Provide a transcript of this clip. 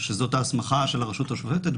שזאת ההסמכה של הרשות השופטת.